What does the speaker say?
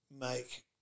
make